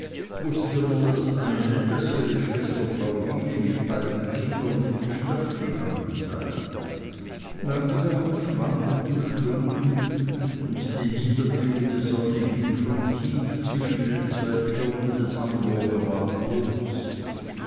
wußte nur das eine daß ihre schwester pauline mit beiden kindern in die stadt gegangen sei langsam schwanden die stunden und die niedergehende sonne hing schon tief zwischen den zwei türmen des hamburger bahnhofs